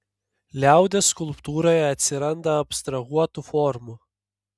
liaudies skulptūroje atsiranda abstrahuotų formų